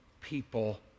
people